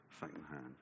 secondhand